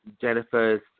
Jennifer's